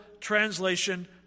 translation